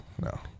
no